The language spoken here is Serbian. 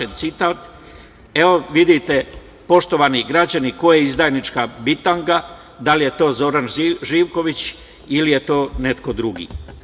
Evo, vidite, poštovani građani, ko je izdajnička bitanga, da li je to Zoran Živković ili je to neko drugi?